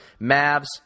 Mavs